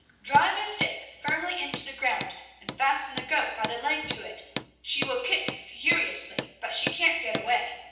drive a stick firmly into the ground and fasten the goat by the leg to it she will kick furiously, but she can't get away.